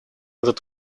этот